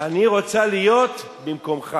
ואני רוצה להיות במקומך,